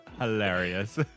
hilarious